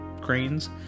cranes